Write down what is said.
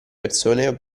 persone